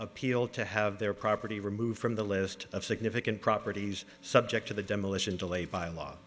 appeal to have their property removed from the list of significant properties subject to the demolition delay by law